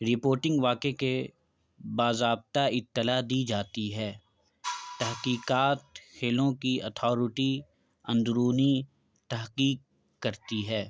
reporting واقعہ کے باضابطہ اطلاع دی جاتی ہے تحقیقات کھیلوں کی اتھارٹی اندرونی تحقیق کرتی ہے